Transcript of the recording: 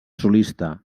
solista